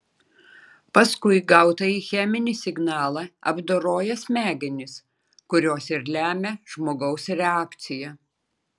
paskui gautąjį cheminį signalą apdoroja smegenys kurios ir lemia žmogaus reakciją